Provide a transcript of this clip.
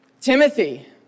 timothy